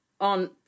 on